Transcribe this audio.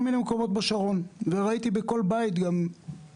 מיני מקומות בשרון וגם ראיתי בכל בית עובד.